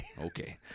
Okay